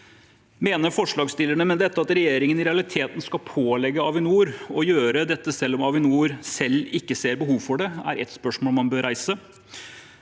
Mener forslagsstillerne med dette at regjeringen i realiteten skal pålegge Avinor å gjøre dette selv om Avinor selv ikke ser behov for det? Det er ett spørsmål man bør reise.